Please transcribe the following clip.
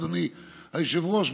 אדוני היושב-ראש,